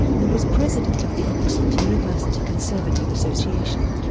and was president of the oxford university conservative association.